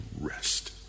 rest